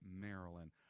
Maryland